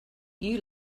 you